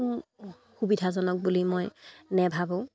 সুবিধাজনক বুলি মই নেভাবোঁ